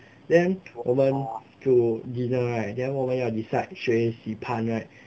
then 我们就 dinner right then 我们要 decide 谁洗盘 right